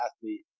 athlete